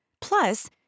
Plus